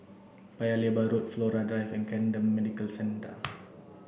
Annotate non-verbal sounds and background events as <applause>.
Paya Lebar Road Flora Drive and Camden Medical Centre <noise>